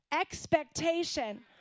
expectation